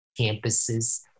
campuses